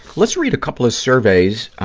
let's read a couple of surveys